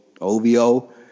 OVO